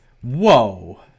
Whoa